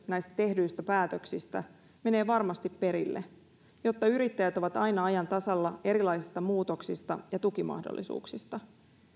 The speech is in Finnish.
näistä tehdyistä päätöksistä menee varmasti perille jotta yrittäjät ovat aina ajan tasalla erilaisista muutoksista ja tukimahdollisuuksista